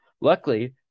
Luckily